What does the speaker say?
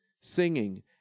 singing